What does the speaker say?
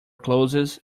closes